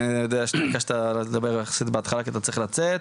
אני יודע שביקשת לדבר בהתחלה כי אתה צריך לצאת.